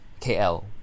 KL